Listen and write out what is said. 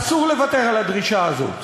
אסור לוותר על הדרישה הזו.